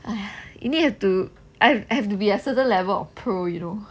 !hais! you need to do I have I have to be a certain level of pro you know